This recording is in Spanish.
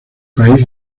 país